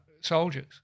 soldiers